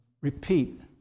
repeat